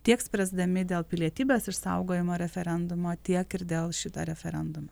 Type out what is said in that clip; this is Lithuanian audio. tiek spręsdami dėl pilietybės išsaugojimo referendumo tiek ir dėl šito referendumo